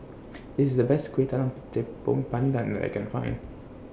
This IS The Best Kueh Talam Tepong Pandan that I Can Find